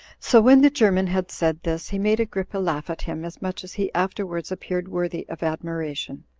so when the german had said this, he made agrippa laugh at him as much as he afterwards appeared worthy of admiration.